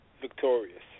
victorious